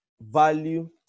value